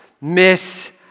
miss